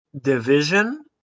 division